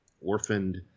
orphaned